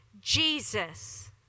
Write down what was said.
Jesus